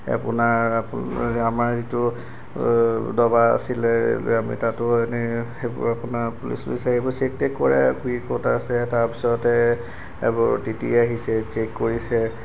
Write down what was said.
আপোনাৰ আমাৰ যিটো ডবা আছিলে ৰেলৱে' আমি তাতো এনে সেইবোৰ আপোনাৰ পুলিচ চুলিচ আহিব চেক টেক কৰে ঘুৰি ক'ত আছে তাৰপিছতে এইবোৰ টিটি আহিছে চেক কৰিছে